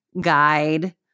guide